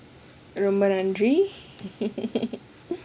ரொம்ப நன்றி:romba nanri